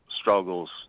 struggles